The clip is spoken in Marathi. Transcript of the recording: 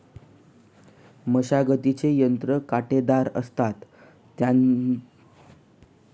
मशागतीचे यंत्र काटेदार असत, त्याने शेत जमिनीच खोदकाम खूप सहजपणे होतं